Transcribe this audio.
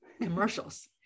commercials